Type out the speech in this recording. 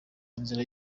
inzira